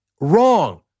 Wrong